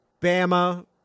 Bama